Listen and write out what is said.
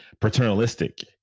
paternalistic